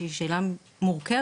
שזו שאלה מורכבת,